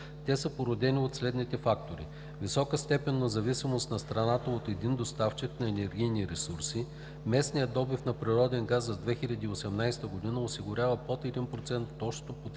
Те са породени от следните фактори: - високата степен на зависимост на страната от един доставчик на енергийни ресурси. Местният добив на природен газ за 2018 г. осигурява под 1% от общото